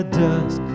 dust